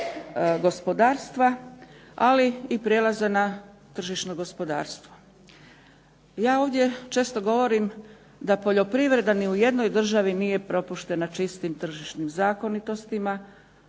gospodarstva, ali i prijelaza na tržišno gospodarstvo. Ja ovdje često govorim da poljoprivreda ni u jednoj državi nije propuštena čistim tržišnima zakonitostima.